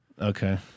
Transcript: Okay